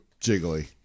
Jiggly